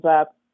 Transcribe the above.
up